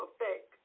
effect